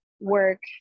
work